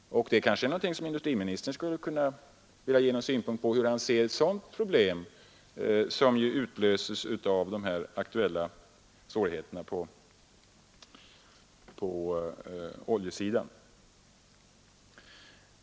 Kanske industriministern skulle vilja ge sin synpunkt på detta problem, som ju utlöses av de aktuella svårigheterna på oljesidan?